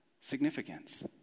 significance